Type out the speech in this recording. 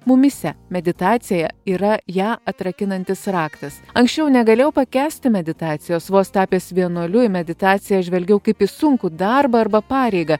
mumyse meditacija yra ją atrakinantis raktas anksčiau negalėjau pakęsti meditacijos vos tapęs vienuoliu į meditaciją žvelgiau kaip į sunkų darbą arba pareigą